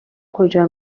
کجا